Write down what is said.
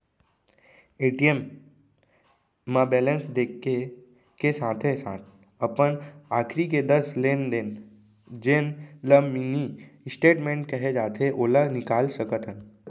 ATM म balance देखे के साथे साथ अपन आखरी के दस लेन देन जेन ल मिनी स्टेटमेंट कहे जाथे ओला निकाल सकत हन